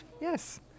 Yes